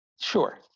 sure